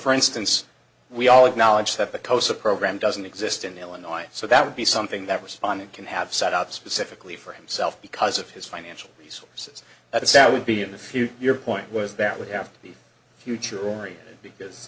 for instance we all acknowledge that the cosa program doesn't exist in illinois so that would be something that was fun it can have set out specifically for himself because of his financial resources at the south would be in the future your point was that we have the future oriented because